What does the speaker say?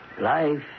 Life